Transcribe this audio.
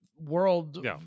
world